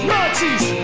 Nazis